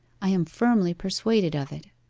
i am firmly persuaded of it